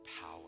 power